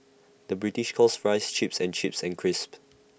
the British calls Fries Chips and chips and crisps